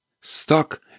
stuck